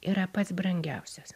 yra pats brangiausias